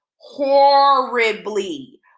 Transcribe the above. horribly